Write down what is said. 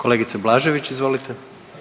**Jandroković, Gordan